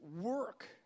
work